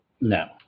No